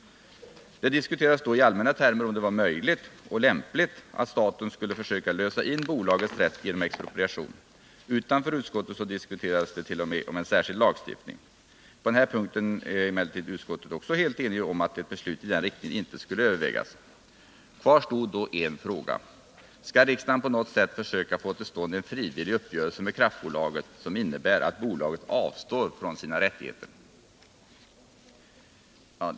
Det diskuterades då i allmänna termer om det var möjligt och lämpligt att staten skulle försöka lösa in bolagets rätt genom expropriation. Utanför utskottet diskuterades t.o.m. en särskild lagstiftning. På den här punkten var emellertid utskottet också helt enigt om att beslut i den riktningen inte skulle övervägas. Kvar stod då en fråga: Skall riksdagen på något sätt försöka få till stånd en frivillig uppgörelse med kraftbolaget som innebär att bolaget avstår från sina rättigheter?